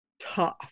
tough